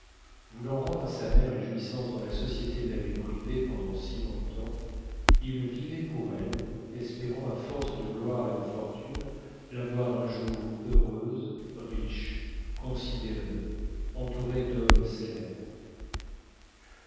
voulant rendre à sa mère les jouissances dont la société l'avait privée pendant si longtemps il vivait pour elle espérant à force de gloire et de fortune la voir un jour heureuse riche considérée entourée d'hommes célèbres